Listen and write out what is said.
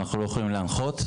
אנחנו לא יכולים להנחות.